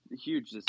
huge